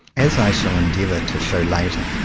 as i shall endeavour to show later,